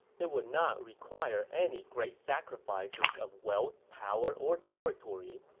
it would not require any great sacrifices of wealth, power, or territory,